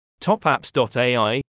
TopApps.ai